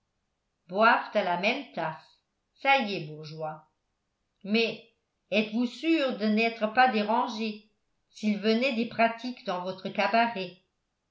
à la même tasse ça y est bourgeois mais êtes-vous sûr de n'être pas dérangé s'il venait des pratiques dans votre cabaret